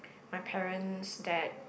my parents that